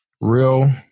real